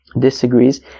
disagrees